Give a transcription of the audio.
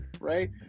right